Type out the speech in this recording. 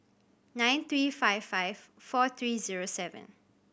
nine three five five four three zero seven